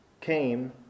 came